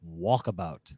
Walkabout